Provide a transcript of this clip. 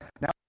now